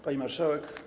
Pani Marszałek!